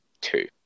two